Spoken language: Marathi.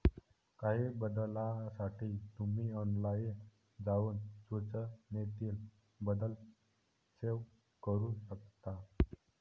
काही बदलांसाठी तुम्ही ऑनलाइन जाऊन सूचनेतील बदल सेव्ह करू शकता